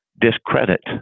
discredit